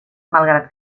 malgrat